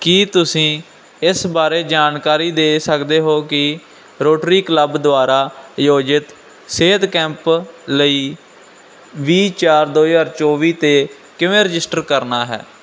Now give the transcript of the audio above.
ਕੀ ਤੁਸੀਂ ਇਸ ਬਾਰੇ ਜਾਣਕਾਰੀ ਦੇ ਸਕਦੇ ਹੋ ਕਿ ਰੋਟਰੀ ਕਲੱਬ ਦੁਆਰਾ ਆਯੋਜਿਤ ਸਿਹਤ ਕੈਂਪ ਲਈ ਵੀਹ ਚਾਰ ਦੋ ਹਜ਼ਾਰ ਚੌਵੀ 'ਤੇ ਕਿਵੇਂ ਰਜਿਸਟਰ ਕਰਨਾ ਹੈ